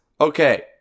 okay